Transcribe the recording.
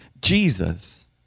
Jesus